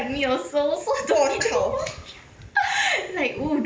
wakao